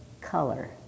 color